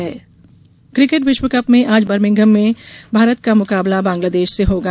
cricket cricket विश्वकप में आज बर्मिंघम में भारत का मुकाबला बंगलादेश से होगा